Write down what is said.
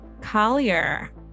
Collier